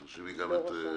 אושר פה אחד.